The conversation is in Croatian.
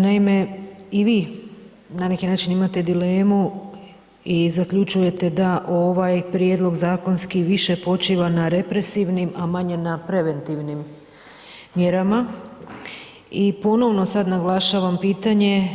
Naime, i vi na neki način imate dilemu i zaključujete da ovaj prijedlog zakonski više počiva na represivnim, a manje na preventivnim mjerama i ponovno sad naglašavam pitanje